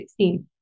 2016